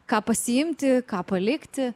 ką pasiimti ką palikti